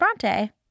Bronte